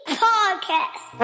podcast